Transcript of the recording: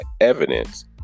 evidence